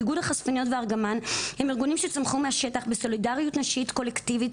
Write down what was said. איגוד החשפניות וארגמן הם ארגונים שצמחו מהשטח בסולידריות נשית קולקטיבית